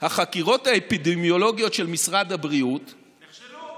שהחקירות האפידמיולוגיות של משרד הבריאות, נכשלו.